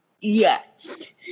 Yes